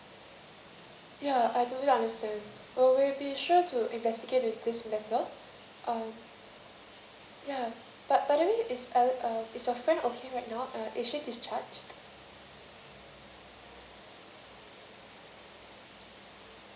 ya I totally understand uh we'll be sure to investigate with this matter um ya but by the way is uh uh is your friend okay right now uh is she discharge